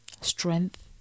strength